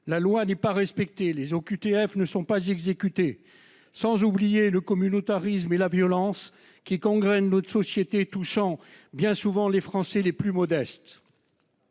La loi n'est pas respecté les OQTF ne sont pas exécutées. Sans oublier le communautarisme et la violence qui gangrène l'autre société touchant bien souvent les Français les plus modestes.